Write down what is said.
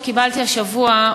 שקיבלתי השבוע,